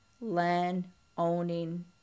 land-owning